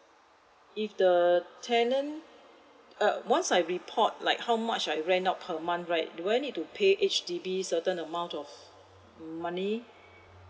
if the tenant uh once I report like how much I rent out per month right do I need to pay H_D_B certain amount of money